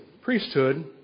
priesthood